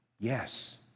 Yes